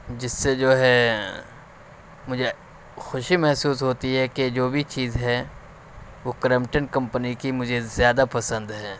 جس سے جو ہے مجھے خوشی محسوس ہوتی ہے کہ جو بھی چیز ہے وہ کرمپٹن کمپنی کی مجھے زیادہ پسند ہے